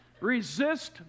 Resist